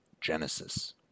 Genesis